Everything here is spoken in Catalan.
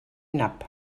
nap